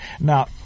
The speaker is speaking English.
Now